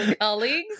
colleagues